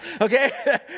okay